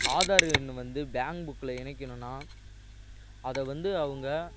ஆதார் எண் வந்து பேங்க் புக்கில் இணைக்கனும்னா அதை வந்து அவங்க